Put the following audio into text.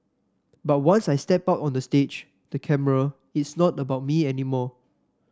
but once I step out on the stage the camera it's not about me anymore